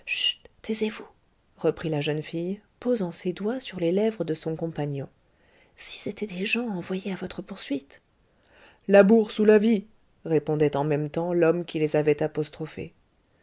chut taisez-vous reprit la jeune fille posant ses doigts sur les lèvres de son compagnon si c'étaient des gens envoyés à votre poursuite la bourse ou la vie répondait en même temps l'homme qui les avait apostrophés